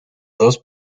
dos